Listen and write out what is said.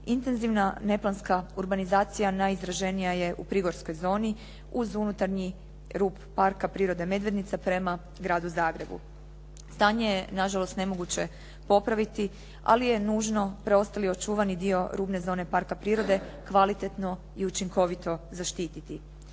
Intenzivna neplanska urbanizacija najizraženija je u prigorskom zoni, uz unutarnji rub Parka prirode "Medvednica" prema gradu Zagrebu. Stanje je nažalost nemoguće popraviti, ali je nužno preostali očuvani dio rubne zone parka prirode kvalitetno i učinkovito zaštititi.